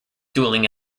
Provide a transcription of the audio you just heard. dueling